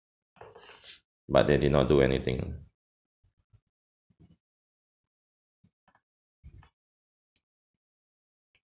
but they did not do anything